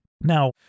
now